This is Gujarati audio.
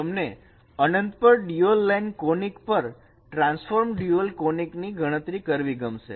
તમને અનંત પર ડ્યુઅલ લાઈન કોનીક પર ટ્રાન્સફોર્મર ડ્યુઅલ કોનીક ની ગણતરી કરવી ગમશે